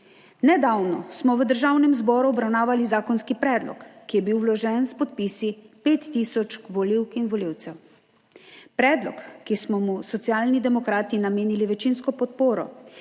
Nedavno smo v Državnem zboru obravnavali zakonski predlog, ki je bil vložen s podpisi 5 tisoč volivk in volivcev. Predlog, ki smo mu Socialni demokrati namenili večinsko podporo